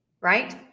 right